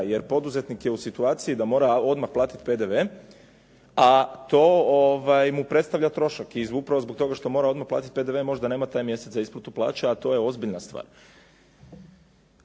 jer poduzetnik je u situaciji da mora odmah platiti PDV a to mu predstavlja trošak. I upravo zbog toga što mora odmah platiti PDV možda nema taj mjesec isplatu plaće a to je ozbiljna stvar.